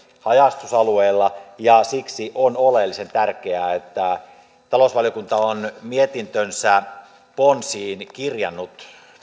haja asutusalueella siksi on oleellisen tärkeää että talousvaliokunta on mietintönsä ponsiin kirjannut